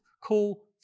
call